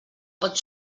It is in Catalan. pot